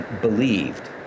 believed